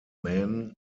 man